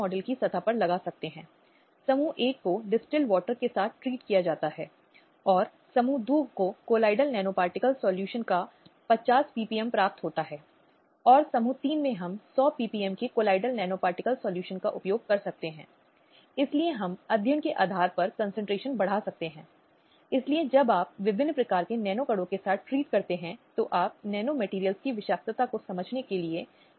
इसलिए यह देखना हर व्यक्ति की जिम्मेदारी है कि समाज के अन्य लोग चाहे वह महिला हो या किसी अन्य आधार पर अगर उनके अधिकारों में अंतर है तो उनकी आवाज़ उनकी स्वतंत्रता उनकी स्वाधीनता का सम्मान किया जाये और हर कोई इस मामले में एक भागीदार है इसलिए पुरुषों को महिलाओं के साथ हाथ मिलाना पड़ता है और सभी को एक साथ आना पड़ता है और यह कि हर किसी का मानवाधिकार सुनिश्चित करना होता है